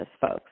folks